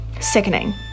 sickening